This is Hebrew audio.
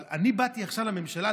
אבל אני באתי עכשיו לממשלה,